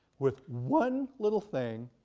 with one little thing,